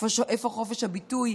איפה חופש הביטוי,